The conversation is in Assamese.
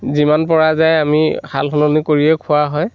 যিমান পৰা যায় আমি সাল সলনি কৰিয়েই খোৱা হয়